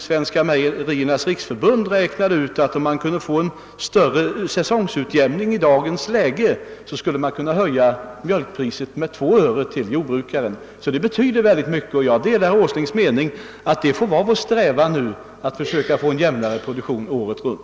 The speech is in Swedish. Svenska mejeriernas riksförbund har räknat ut att mjölkpriset till jordbrukarna i dagens läge skulle kunna höjas med 2 öre om man kunde åstadkomma en större säsongutjämning. Det betyder alltså rätt mycket. Jag delar herr Åslings uppfattning, att vi bör sträva efter att få en jämnare produktion över året.